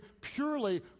purely